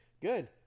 good